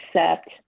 accept